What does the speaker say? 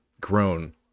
grown